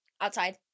outside